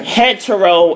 hetero